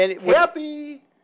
Happy